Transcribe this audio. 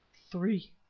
three,